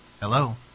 Hello